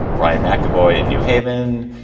ryan mcavoy in new haven.